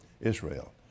Israel